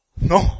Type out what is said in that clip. no